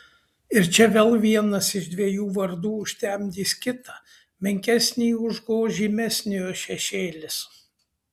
ir čia vėl vienas iš dviejų vardų užtemdys kitą menkesnįjį užgoš žymesniojo šešėlis